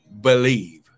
believe